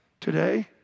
Today